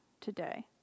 today